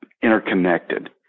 Interconnected